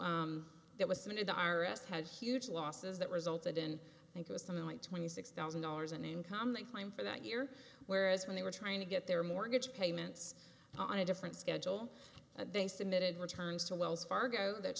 risk had huge losses that resulted in i think it was something like twenty six thousand dollars in income they claim for that year whereas when they were trying to get their mortgage payments on a different schedule they submitted returns to wells fargo that